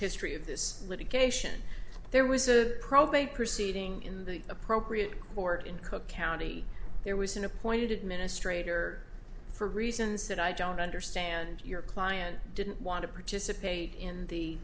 history of this litigation there was a probate proceeding in the appropriate court in cook county there was an appointed administrator for reasons that i don't understand your client didn't want to participate in the